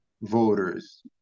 voters